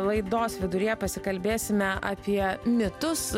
laidos viduryje pasikalbėsime apie mitus